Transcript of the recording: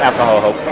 Alcohol